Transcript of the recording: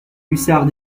hussard